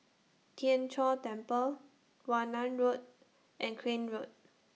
Tien Chor Temple Warna Road and Crane Road